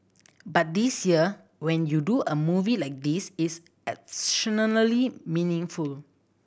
but this year when you do a movie like this it's meaningful